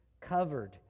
covered